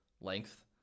length